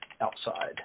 outside